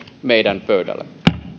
meidän pöydällämme